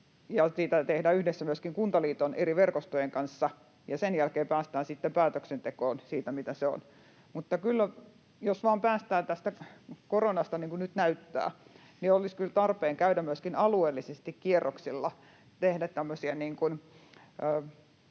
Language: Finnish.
sitä tehdään yhdessä myöskin Kuntaliiton eri verkostojen kanssa, ja sen jälkeen päästään sitten päätöksentekoon siitä, mitä se on. Mutta jos vain päästään tästä koronasta, niin kuin nyt näyttää, olisi kyllä tarpeen käydä myöskin alueellisesti kierroksilla,